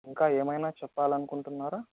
ఇంకా ఏమైనా చెప్పాలనుకుంటున్నారా